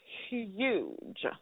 huge